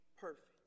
perfect